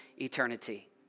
eternity